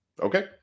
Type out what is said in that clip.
Okay